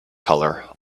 color